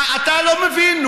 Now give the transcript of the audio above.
אתה לא מבין.